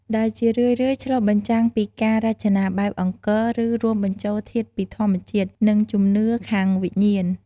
ដែលជារឿយៗឆ្លុះបញ្ចាំងពីការរចនាបែបអង្គរ ឬរួមបញ្ចូលធាតុពីធម្មជាតិ និងជំនឿខាងវិញ្ញាណ។